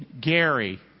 Gary